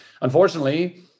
unfortunately